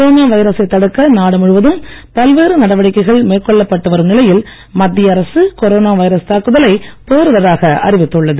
corona வைரசை தடுக்க நாடுமுழுவதும் பல்வேறு நடவடிக்கைகள் மேற்கொள்ளப்பட்டு வரும் நிலையில் மத்திய அரசு கொரோனா வைரஸ் தாக்குதலைப் பேரிடராக அறிவித்துள்ளது